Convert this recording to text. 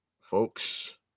folks